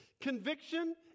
Conviction